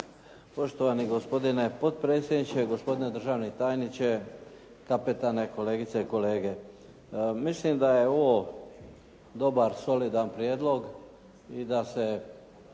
Poštovani gospodine potpredsjedniče. Gospodine državni tajniče, kapetane, kolegice i kolege. Mislim da je ovo dobar, solidan prijedlog i da se